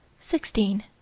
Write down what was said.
Sixteen